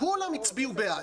כולם הצביעו בעד.